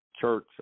Church